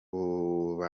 ngo